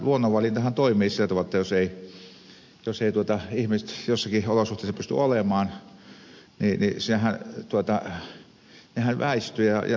nimittäin luonnonvalintahan toimii sillä tavalla että jos ihmiset eivät joissakin olosuhteissa pysty olemaan niin hehän väistyvät lämpimiin olotiloihin